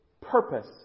purpose